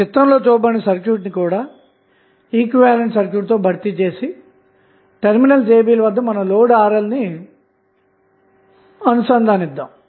కాబట్టి చిత్రంలో చూపబడిన సర్క్యూట్ ని కూడా ఈక్వివలెంట్ సర్క్యూట్ తో భర్తీ చేసి టెర్మినల్స్ ab వద్ద లోడ్ RL ను అనుసందానిద్దాము